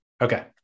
Okay